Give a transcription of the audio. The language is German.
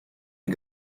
die